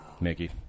Mickey